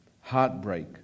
heartbreak